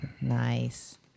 Nice